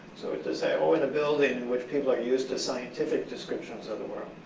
so it's to say, oh, in the building in which people are used scientific descriptions of the world,